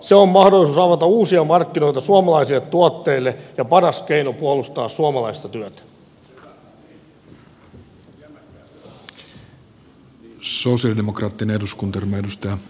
se on mahdollisuus avata uusia markkinoita suomalaisille tuotteille ja paras keino puolustaa suomalaista työtä